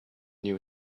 new